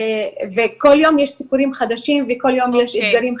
כל יום יש דברים חדשים וכל יום יש אתגרים חדשים.